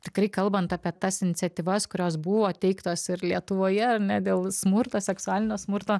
tikrai kalbant apie tas iniciatyvas kurios buvo teiktos ir lietuvoje ar ne dėl smurto seksualinio smurto